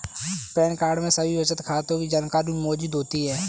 pan card में सभी बचत खातों की जानकारी मौजूद होती है